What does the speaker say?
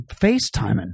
facetiming